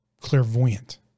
clairvoyant